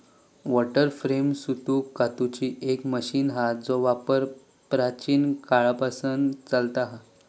water frame सूत कातूची एक मशीन हा जेचो वापर प्राचीन काळापासना चालता हा